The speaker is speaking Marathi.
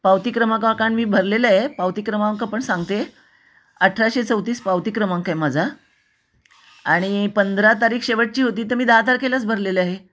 पावती क्रमांक कारण मी भरलेलं आहे पावती क्रमांक पण सांगते अठराशे चौतीस पावती क्रमांक आहे माझा आणि पंधरा तारीख शेवटची होती तर मी दहा तारखेलाच भरलेलं आहे